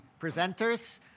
presenters